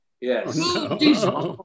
Yes